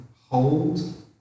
hold